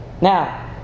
Now